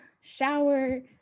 shower